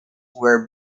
were